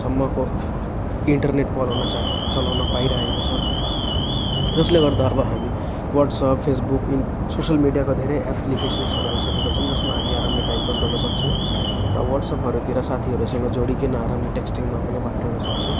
सम्मको इन्टरनेट पलाउन चा चलाउन पाइराखेका छन् जसले गर्दा अब हामी वाट्सएप फेसबुक सोसियल मिडियाको धेरै एप्लिकेसन्सहरू आइसकेका छन् जसमा हामी आरमले टाइम पास गर्न सक्छौँ र वाट्सएपहरूतिर साथीहरूसँग जोडिकन आरमले टेक्स्टिङमा पनि बात गर्न सक्छौँ